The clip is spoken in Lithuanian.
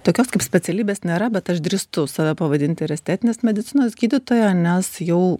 tokios kaip specialybės nėra bet aš drįstu save pavadinti ir estetinės medicinos gydytoja nes jau